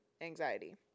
anxiety